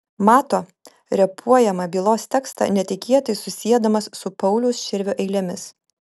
mato repuojamą bylos tekstą netikėtai susiedamas su pauliaus širvio eilėmis